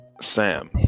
Sam